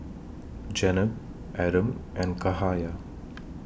Jenab Adam and Cahaya